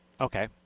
Okay